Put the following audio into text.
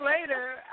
later